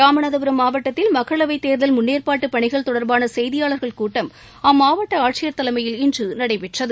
ராமநாதபுரம் மாவட்டத்தில் மக்களவைத் தேர்தல் முன்னேற்பாட்டு பணிகள் தொடர்பான செய்தியாளர்கள் கூட்டம் அம்மாவட்ட ஆட்சியர் தலைமையில் இன்று நடைபெற்றது